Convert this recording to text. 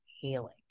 healing